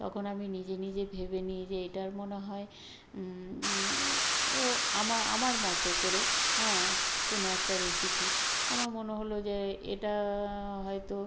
তখন আমি নিজে নিজে ভেবে নিই যে এটার মনে হয় আমার মতো করে হ্যাঁ কোনো একটা রেসিপি আমার মনে হলো যে এটা হয়তো